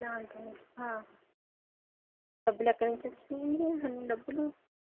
దానికా డబ్బులెక్కడ నుంచి వచ్చినయి అండీ అన్నీ డబ్బులు